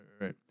right